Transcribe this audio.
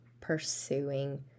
pursuing